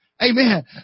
Amen